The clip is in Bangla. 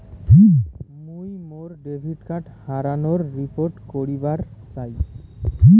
মুই মোর ডেবিট কার্ড হারানোর রিপোর্ট করিবার চাই